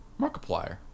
Markiplier